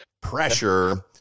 Pressure